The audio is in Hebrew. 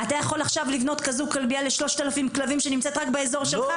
אתה יכול עכשיו לבנות כזו כלביה ל-3,000 כלבים שנמצאים רק באזור שלך?